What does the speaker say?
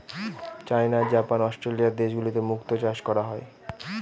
চাইনা, Japan, Australia দেশগুলোতে মুক্তো চাষ করা হয়